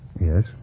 Yes